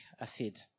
acid